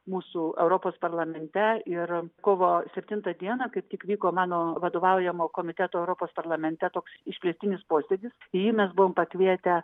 mūsų europos parlamente ir kovo septintą dieną kaip tik vyko mano vadovaujamo komiteto europos parlamente toks išplėstinis posėdis į jį mes buvom pakvietę